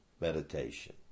meditation